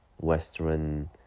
Western